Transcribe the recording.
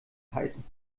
heißen